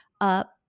up